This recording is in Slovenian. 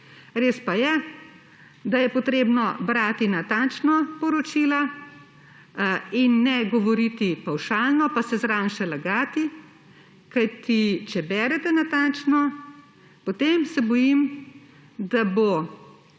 Res pa je, da je potrebno poročila brati natančno in ne govoriti pavšalno pa se zraven še lagati. Kajti če berete natančno, potem se bojim, da bo